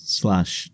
slash